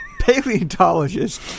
Paleontologist